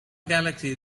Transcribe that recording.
galaxy